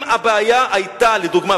אם היתה לדוגמה,